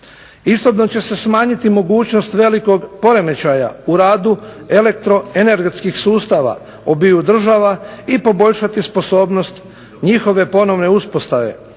Istodobno će se smanjiti mogućnost velikog poremećaja u radu elektroenergetskih sustava obiju država, i poboljšati sposobnost njihove ponovne uspostave,